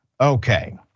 Okay